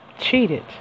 cheated